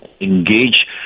engage